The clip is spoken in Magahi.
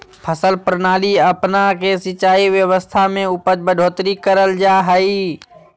फसल प्रणाली अपना के सिंचाई व्यवस्था में उपज बढ़ोतरी करल जा हइ